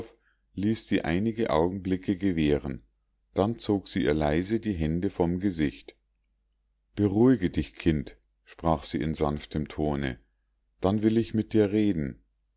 ließ sie einige augenblicke gewähren dann zog sie ihr leise die hände vom gesicht beruhige dich kind sprach sie in sanftem tone dann will ich mit dir reden